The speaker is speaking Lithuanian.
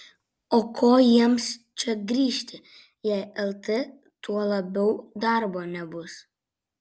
o ko jiems čia grįžti jei lt tuo labiau darbo nebus